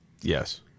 Yes